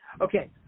Okay